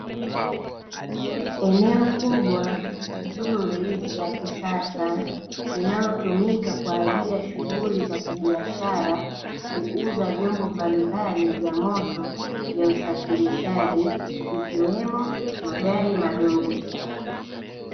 Eneo kubwa zuri la kisasa, linalotumika kwa ajili ya shughuli za kibiashara, kuuza vyombo mbalimbali vya moto vya usafirishaji, ikiwemo magari madogo.